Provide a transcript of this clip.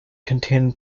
contain